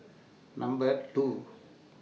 Number two